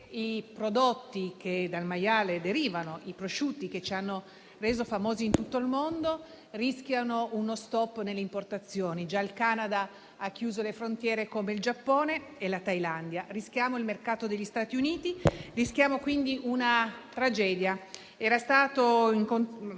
i prodotti che dal maiale derivano, i prosciutti che ci hanno resi famosi in tutto il mondo, rischiano uno stop delle importazioni. Già il Canada ha chiuso le frontiere, come il Giappone e la Thailandia. Rischiamo il mercato degli Stati Uniti. Rischiamo quindi una tragedia.